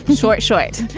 short, short.